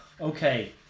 Okay